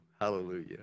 Hallelujah